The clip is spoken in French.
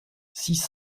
six